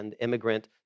immigrant